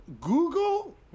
Google